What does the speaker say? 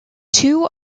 two